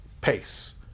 pace